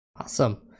Awesome